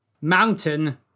Mountain